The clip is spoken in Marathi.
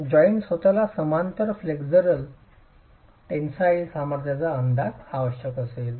जॉइंट स्वतःला समांतर फ्लेक्सुरल टेन्सिल सामर्थ्याचा अंदाज आवश्यक असेल